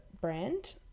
brand